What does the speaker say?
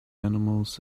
animals